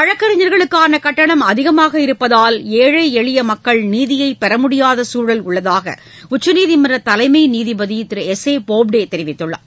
வழக்கறிஞர்களுக்கான கட்டணம் அதிகமாக இருப்பதால் ஏழை எளிய மக்கள் நீதியைப் பெற முடியாத சூழல் உள்ளதாக உச்சநீதிமன்ற தலைமை நீதிபதி திரு எஸ் ஏ போப்டே தெரிவித்துள்ளார்